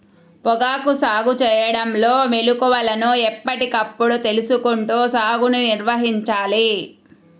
పొగాకు సాగు చేయడంలో మెళుకువలను ఎప్పటికప్పుడు తెలుసుకుంటూ సాగుని నిర్వహించాలి